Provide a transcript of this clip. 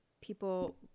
People